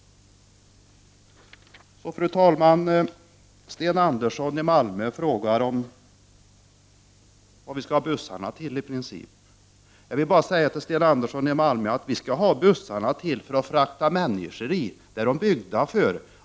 Fru talman! Sten Andersson i Malmö frågar om vad vi skall ha bussarna tilli princip. Jag vill bara säga till Sten Andersson att vi skall ha bussarna till att frakta människor i — det är de byggda för.